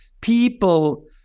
people